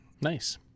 nice